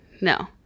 no